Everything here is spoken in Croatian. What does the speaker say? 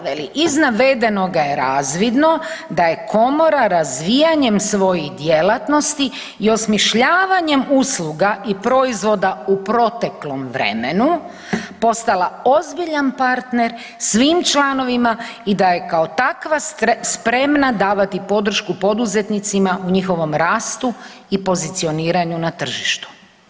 Veli iz navedenoga je razvidno da je komora razvijanjem svojih djelatnosti i osmišljavanjem usluga i proizvoda u proteklom vremenu postala ozbiljan partner svim članovima i da je kao takva spremna davati podršku poduzetnicima u njihovom rastu i pozicioniranju na tržištu.